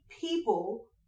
people